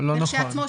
לא נכון.